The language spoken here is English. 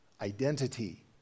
identity